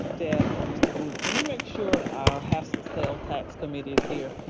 deb or mr. grube, can you make sure our half-cent sales tax committee is here?